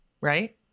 Right